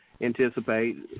anticipate